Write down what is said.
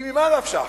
כי ממה נפשך?